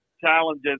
challenges